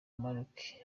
maroc